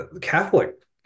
Catholic